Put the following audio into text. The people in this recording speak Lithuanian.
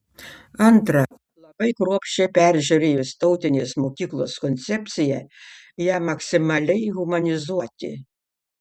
antra labai kruopščiai peržiūrėjus tautinės mokyklos koncepciją ją maksimaliai humanizuoti